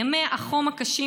ימי החום הקשים,